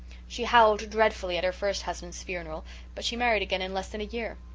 she howled dreadful at her first husband's funeral but she married again in less than a year.